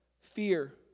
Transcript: fear